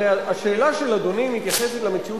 הרי השאלה של אדוני מתייחסת למציאות